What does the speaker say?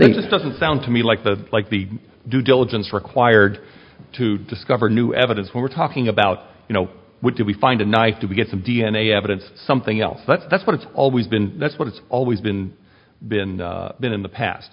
doesn't sound to me like the like the due diligence required to discover new evidence when we're talking about you know what do we find a nice to get some d n a evidence something else but that's what it's always been that's what it's always been been been in the past